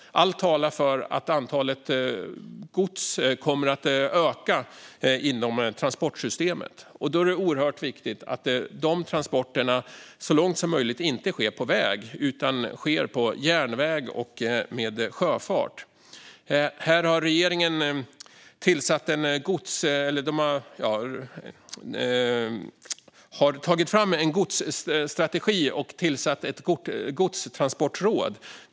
Allt talar för att antalet godstransporter kommer att öka inom transportsystemet. Då är det oerhört viktigt att de transporterna så långt som möjligt inte sker på väg utan sker på järnväg och med sjöfart. Här har regeringen tagit fram en godsstrategi och tillsatt ett godstransportråd.